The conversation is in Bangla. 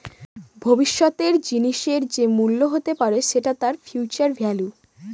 ভবিষ্যতের জিনিসের যে মূল্য হতে পারে সেটা তার ফিউচার ভেল্যু